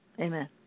Amen